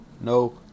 No